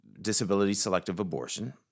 disability-selective-abortion